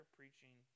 preaching